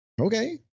Okay